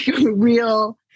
real